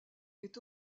est